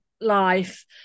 life